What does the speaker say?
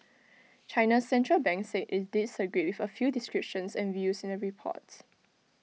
China's Central Bank said IT disagreed with A few descriptions and views in the report